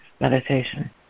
meditation